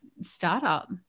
startup